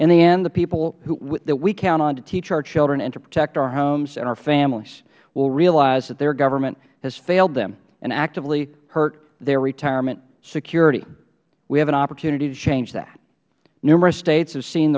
in the end the people that we count on to teach our children and to protect our homes and our families will realize that their government has failed them and actively hurt their retirement security we have an opportunity to change that numerous states have seen